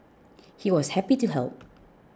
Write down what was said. he was happy to help